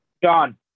John